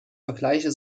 vergleiche